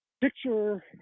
picture